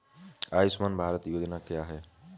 आयुष्मान भारत योजना क्या है?